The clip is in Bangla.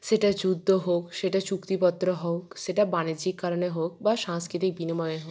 সেটা যুদ্ধ হোক সেটা চুক্তিপত্র হোক সেটা বাণিজ্যিক কারণে হোক বা সাংস্কৃতিক বিনিময়ে হোক